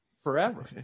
forever